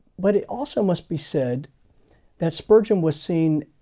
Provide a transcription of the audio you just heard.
but it also must be said that spurgeon was seen,